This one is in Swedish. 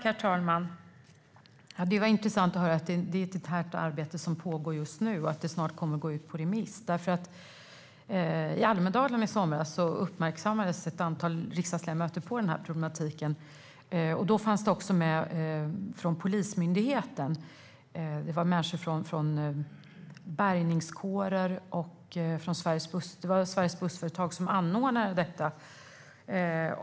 Herr talman! Det var intressant att höra att det är ett internt arbete som pågår just nu och att det snart kommer att gå ut på remiss. I Almedalen i somras uppmärksammades ett antal riksdagsledamöter på problematiken. Då fanns också polismyndigheten med och människor från bärgningskårer och från Sveriges Bussföretag, som var de som anordnade detta.